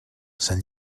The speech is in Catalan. sant